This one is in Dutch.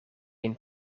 een